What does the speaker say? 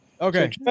Okay